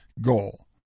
goal